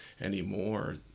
anymore